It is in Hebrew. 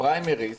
בית המשפט העליון